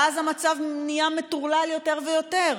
ואז המצב נהיה מטורלל יותר ויותר,